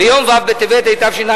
ביום ו' בטבת התשע"א,